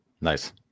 Nice